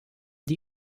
die